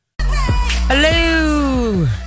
Hello